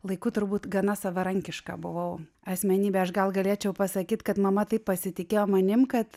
laikų turbūt gana savarankiška buvau asmenybė aš gal galėčiau pasakyt kad mama taip pasitikėjo manim kad